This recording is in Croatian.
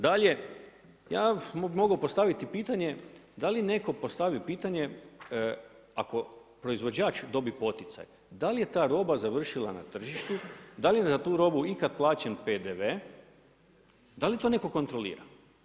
Dalje, ja mogu postaviti pitanje da li neko postavi pitanje, ako proizvođač dobije poticaj, da li je ta roba završila na tržištu, da li je na tu robu ikad plaćen PDV, da li to neko kontrolira.